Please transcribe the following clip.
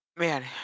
Man